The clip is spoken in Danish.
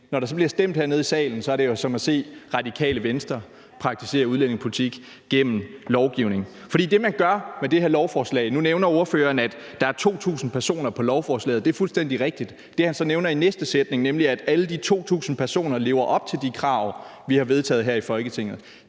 når der så bliver stemt hernede i salen, er det jo som at se Radikale Venstre praktisere udlændingepolitik gennem lovgivning. Nu nævner ordføreren, at der er 2.000 personer på lovforslaget. Det er fuldstændig rigtigt. Det, han så nævner i næste sætning, nemlig at alle de 2.000 personer lever op til de krav, vi har vedtaget her i Folketinget,